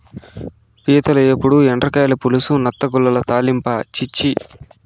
పీతల ఏపుడు, ఎండ్రకాయల పులుసు, నత్తగుల్లల తాలింపా ఛీ ఛీ